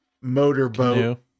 motorboat